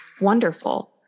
wonderful